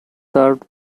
served